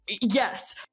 yes